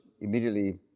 immediately